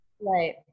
Right